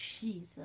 Jesus